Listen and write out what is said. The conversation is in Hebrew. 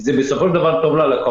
אלא כי בסופו של דבר זה טוב ללקוחות.